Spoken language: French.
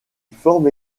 forme